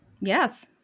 Yes